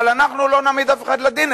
אבל אנחנו לא נעמיד אף אחד לדין,